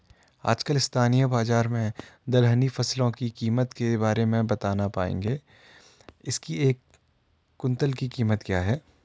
आजकल स्थानीय बाज़ार में दलहनी फसलों की कीमत के बारे में बताना पाएंगे इसकी एक कुन्तल की कीमत क्या है?